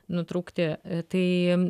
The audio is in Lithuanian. nutraukti tai